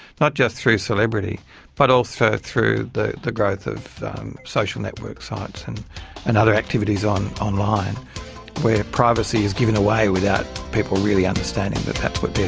not just through celebrity but also through the the growth of social network sites and and other activities um online where privacy is given away without people really understanding that that's what they're